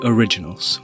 Originals